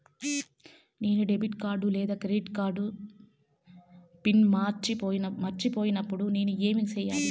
నేను debit card లేదా credit card pin మర్చిపోయినప్పుడు నేను ఏమి సెయ్యాలి?